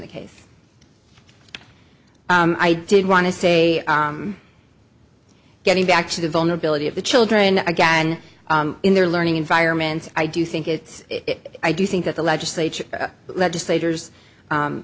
the case i did want to say getting back to the vulnerability of the children again in their learning environment i do think it's i do think that the legislature legislators